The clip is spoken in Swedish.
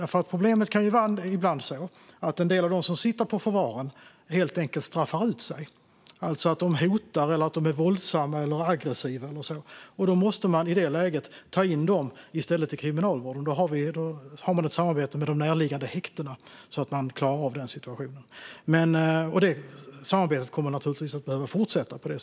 Det kan ibland bli ett problem att en del av dem som sitter på förvaren helt enkelt straffar ut sig, genom att de hotar, är våldsamma eller aggressiva. I det läget måste de i stället tas in i kriminalvården. Då finns ett samarbete med de närliggande häktena, så att man kan klara av situationen. Det samarbetet kommer naturligtvis att behöva fortsätta.